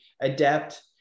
adapt